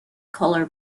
collar